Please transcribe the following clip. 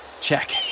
check